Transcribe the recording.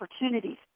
opportunities